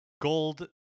gold